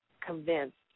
convinced